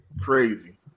Crazy